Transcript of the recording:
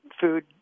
food